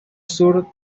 sur